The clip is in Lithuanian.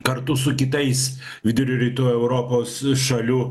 kartu su kitais vidurio rytų europos šalių